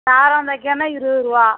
சாரம் தைக்கணுன்னா இருபது ரூபா